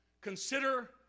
Consider